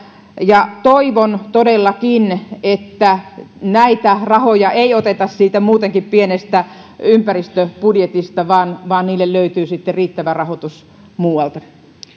ja toivon todellakin että näitä rahoja ei oteta muutenkin pienestä ympäristöbudjetista vaan vaan niille löytyy sitten riittävä rahoitus muualta